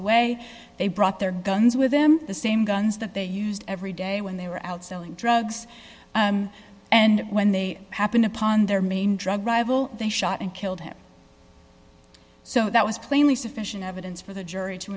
away they brought their guns with them the same guns that they used every day when they were out selling drugs and when they happened upon their main drug rival they shot and killed him so that was plainly sufficient evidence for the jury to